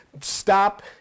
Stop